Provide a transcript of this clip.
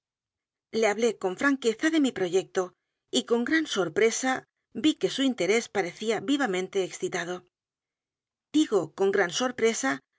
le hablé con franqueza de mi proyecto y con gran sorpresa vi que su interés parecía vivamente excitado digo con gran sorpresa